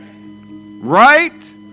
Right